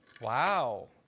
Wow